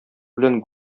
белән